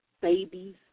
babies